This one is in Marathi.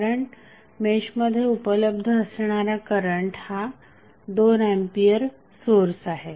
कारण मेशमध्ये उपलब्ध असणारा करंट हा 2 एंपियर सोर्स आहे